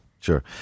Sure